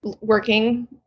working